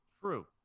true